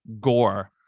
Gore